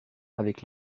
avec